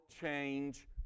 change